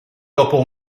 dopo